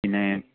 പിന്നേ